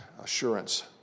assurance